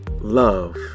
love